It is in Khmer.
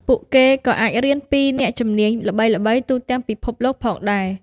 ពួកគេក៏អាចរៀនពីអ្នកជំនាញល្បីៗទូទាំងពិភពលោកផងដែរ។